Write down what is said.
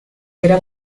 era